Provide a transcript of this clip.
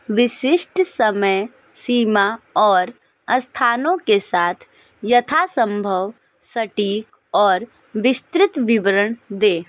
विशिष्ट समय सीमा और स्थानों के साथ यथासंभव सटीक और विस्तृत विवरण दें